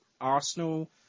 Arsenal